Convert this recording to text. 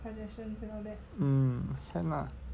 mm can lah